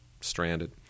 stranded